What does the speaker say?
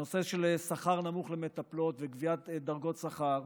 הנושא של שכר נמוך למטפלות וקביעת דרגות שכר.